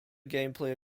gameplay